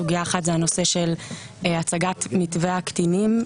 סוגיה אחת היא הצגת מתווה הקטינים,